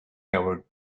toward